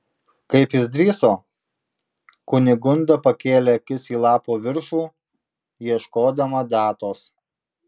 kaip jis drįso kunigunda pakėlė akis į lapo viršų ieškodama datos